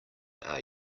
are